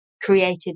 created